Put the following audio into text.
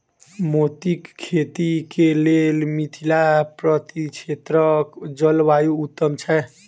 मोतीक खेती केँ लेल मिथिला परिक्षेत्रक जलवायु उत्तम छै?